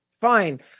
Fine